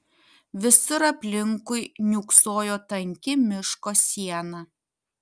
visur aplinkui niūksojo tanki miško siena